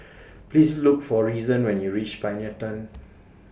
Please Look For Reason when YOU REACH Pioneer Turn